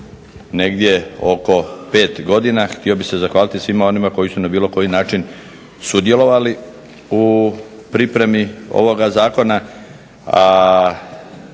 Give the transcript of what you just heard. negdje oko pet godina. Htio bih se zahvaliti svima onima koji su na bilo koji način sudjelovali u pripremi ovoga zakona,